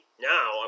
Now